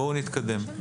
בואו נתקדם.